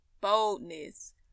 boldness